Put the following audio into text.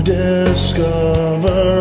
discover